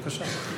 בבקשה.